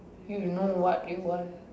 you know what you want